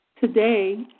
Today